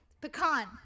pecan